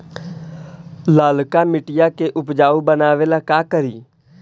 लालका मिट्टियां के उपजाऊ बनावे ला का करी?